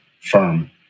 firm